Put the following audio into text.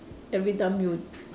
every time you